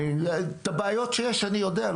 את הבעיות שיש אני יודע,